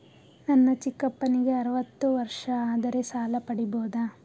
ನನ್ನ ಚಿಕ್ಕಪ್ಪನಿಗೆ ಅರವತ್ತು ವರ್ಷ ಆದರೆ ಸಾಲ ಪಡಿಬೋದ?